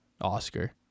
Oscar